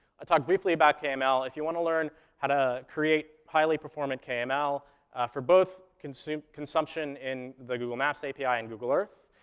i talked briefly about kml. if you want to learn how to create highly performant kml for both consumption consumption in the google maps api and google earth,